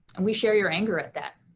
and we share your anger at that,